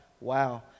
Wow